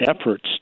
efforts